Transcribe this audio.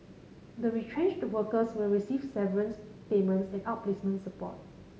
the retrenched workers will receive severance payments and outplacement support